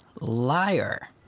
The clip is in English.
Liar